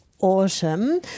autumn